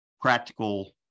practical